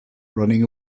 running